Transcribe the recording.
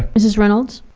mrs. reynolds? aye.